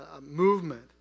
movement